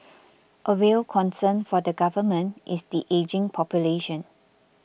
a real concern for the Government is the ageing population